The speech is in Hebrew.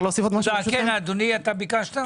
אדוני, אתה ביקשת?